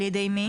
על-ידי מי?